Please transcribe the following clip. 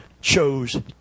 chose